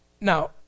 Now